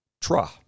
tra